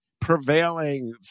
prevailing